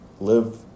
Live